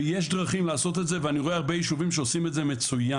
ויש דרכים לעשות את זה ואני רואה הרבה ישובים שעושים את זה מצוין,